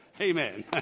Amen